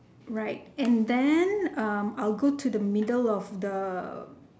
right and then um I will go to the middle of the